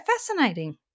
fascinating